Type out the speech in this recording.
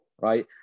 right